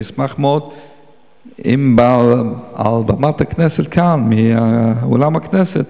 אני אשמח מאוד אם מעל במת הכנסת כאן, מאולם הכנסת,